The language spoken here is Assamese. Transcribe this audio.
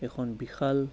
এখন বিশাল